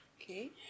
okay